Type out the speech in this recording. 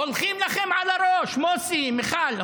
הולכים לכם על הראש, מוסי, מיכל.